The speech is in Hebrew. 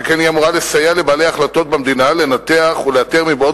שכן היא אמורה לסייע לבעלי ההחלטות במדינה לנתח ולאתר מבעוד